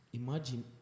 imagine